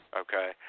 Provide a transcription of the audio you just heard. okay